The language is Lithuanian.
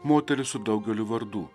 moteris su daugeliu vardų